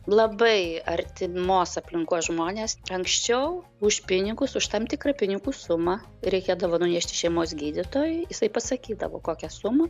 labai artimos aplinkos žmonės anksčiau už pinigus už tam tikrą pinigų sumą reikėdavo nunešti šeimos gydytojui jisai pasakydavo kokią sumą